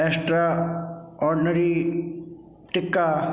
extra ordinary tikka